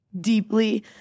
deeply